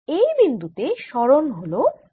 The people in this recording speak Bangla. এই বিন্দু তে সরণ হল y